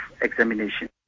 examination